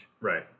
Right